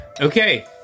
Okay